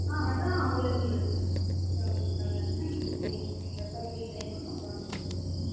ஆ அதுவும் அவைலபிள் இருக்குதுங்க அதுவும் அவைலபிளாக தான் இருக்குது நீங்கள் வந்து எப்போ ஃப்ரீ டைமோ அப்போ வந்து இது பண்ணிக்கலாம்